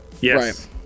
Yes